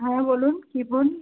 হ্যাঁ বলুন কী ফোন